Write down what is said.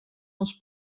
als